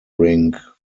rink